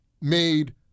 made